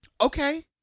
okay